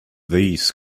these